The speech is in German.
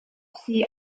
sie